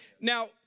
Now